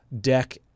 deck